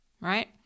right